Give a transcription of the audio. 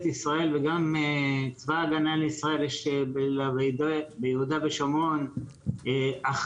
ישראל וגם צבא ההגנה לישראל יש ביהודה ושומרון אחריות.